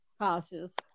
cautious